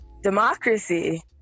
democracy